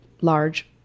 large